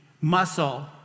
muscle